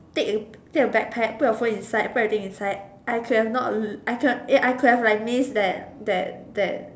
take a take a back pack put your phone inside put your things inside I could have not I could I could have miss that that that